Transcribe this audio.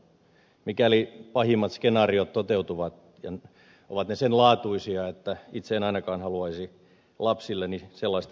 mikäli pahimmat skenaariot toteutuvat ovat ne sen laatuisia että itse en ainakaan haluaisi lapsilleni sellaista maapalloa jättää